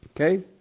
Okay